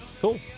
Cool